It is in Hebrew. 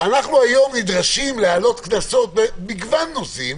אנחנו היום נדרשים להעלות קנסות במגוון נושאים